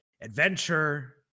adventure